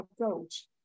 approach